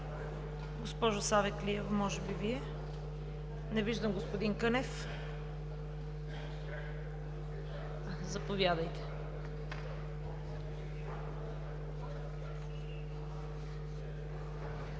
Госпожо Савеклиева, може би Вие? Не виждам господин Кънев. Заповядайте.